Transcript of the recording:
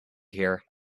here